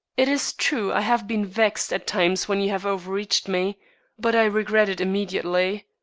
it is true i have been vexed at times when you have overreached me but i regret it immediately.